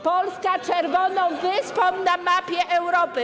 Polska czerwoną wyspą na mapie Europy.